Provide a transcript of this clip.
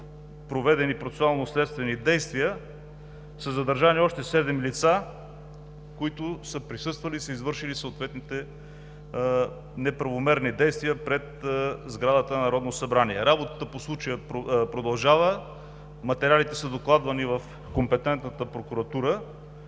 проведени процесуално следствени действия са задържани още седем лица, които са присъствали и са извършили съответните неправомерни действия пред сградата на Народното събрание. Работата по случая продължава, материалите са докладвани в компетентната прокуратура.